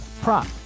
prop